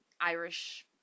Irish